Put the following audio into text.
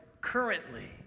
currently